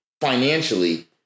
financially